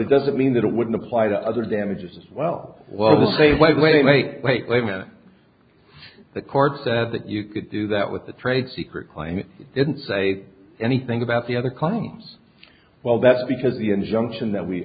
it doesn't mean that it wouldn't apply to other damages as well well say wait wait wait wait wait the court said that you could do that with the trade secret claim it didn't say anything about the other claims well that's because the injunction that we